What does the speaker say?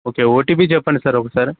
okay OTP చెప్పండి sir ఒకసారి